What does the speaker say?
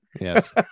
yes